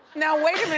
now wait